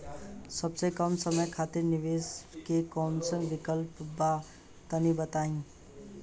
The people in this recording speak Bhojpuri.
सबसे कम समय खातिर निवेश के कौनो विकल्प बा त तनि बताई?